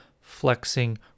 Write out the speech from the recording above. flexing